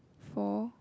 four